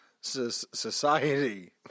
society